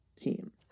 team